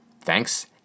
Thanks